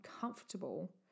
comfortable